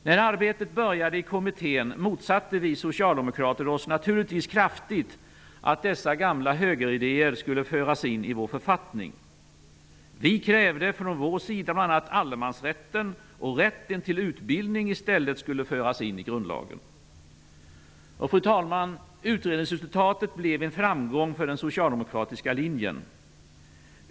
När arbetet började i kommittén motsatte vi socialdemokrater oss naturligtvis kraftigt att dessa gamla högeridéer skulle föras in i vår författning. Vi krävde från vår sida att bl.a. allemansrätten och rätten till utbildning i stället skulle föras in i grundlagen. Fru talman! Utredningsresultatet blev en framgång för den socialdemokratiska linjen.